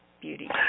beauty